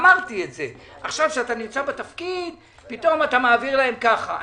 עכשיו כשאתה בתפקיד פתאום אתה מעביר להם ככה.